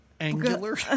angular